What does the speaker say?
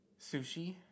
Sushi